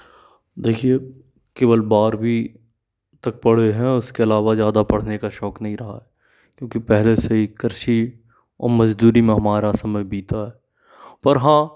देखिए केवल बारवीं तक पढ़े हैं उसके अलावा ज़्यादा पढ़ने का शौक़ नहीं रहा है क्योंकि पहले से ही कृषि औ मज़दूरी में हमारा समय बीता है पर हाँ